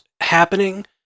happening